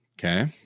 okay